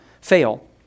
fail